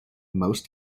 most